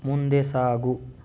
ಮುಂದೆ ಸಾಗು